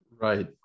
right